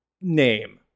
name